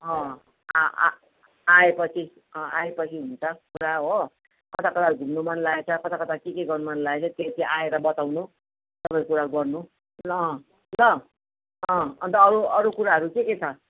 आ आ आएपछि आएपछि हुन्छ कुरा हो कता कता घुम्नु मन लागेको छ कता कता के के गर्नु मन लागेको छ त्यही त्यही आएर बताउनु सबै कुरा गर्नु ल अन्त अरू अरू कुराहरू के के छ